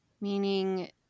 meaning